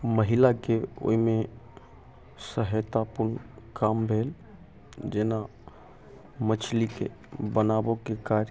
महिलाके ओइमे सहायता पूर्ण काम भेल जेना मछलीके बनाबऽके काज